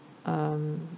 um